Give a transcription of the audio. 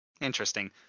Interesting